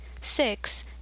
six